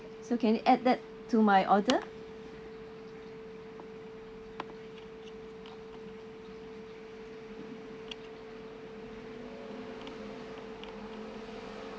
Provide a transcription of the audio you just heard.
so can you add that to my order